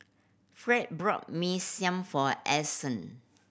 Fed bought Mee Siam for Allyson